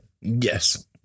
Yes